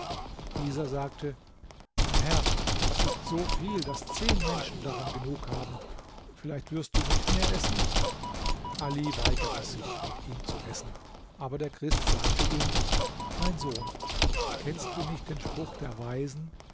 dieser sagte mein herr das ist so viel daß zehn menschen daran genug haben vielleicht wirst du mit mir essen ali weigerte sich mit ihm zu essen aber der christ sagte ihm mein sohn kennst du nicht den spruch der weisen